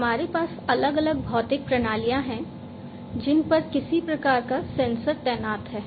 हमारे पास अलग अलग भौतिक प्रणालियां हैं जिन पर किसी प्रकार का सेंसर तैनात है